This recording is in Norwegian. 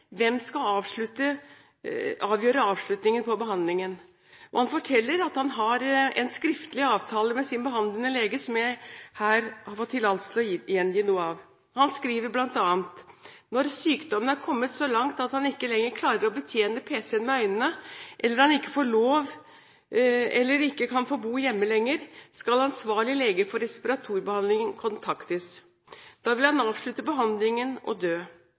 Hvem skal avgjøre avslutningen på behandlingen? Han forteller at han har en skriftlig avtale med sin behandlende lege som jeg her har fått tillatelse til å gjengi noe av. Han skriver bl.a. at når sykdommen er kommet så langt at han ikke lenger klarer å betjene pc-en med øynene, eller han ikke får eller kan bo hjemme lenger, skal ansvarlig lege for respirasjonsbehandling kontaktes. Da vil han avslutte behandlingen og